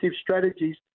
strategies